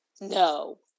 no